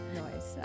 noise